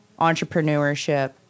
entrepreneurship